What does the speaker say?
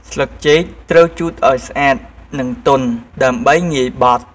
ស្លឹកចេកត្រូវជូតឲ្យស្អាតនិងទន់ ដើម្បីងាយបត់។